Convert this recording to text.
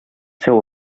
seu